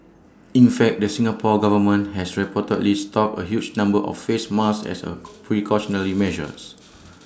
in fact the Singapore Government has reportedly stocked A huge number of face masks as A precautionary measures